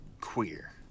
queer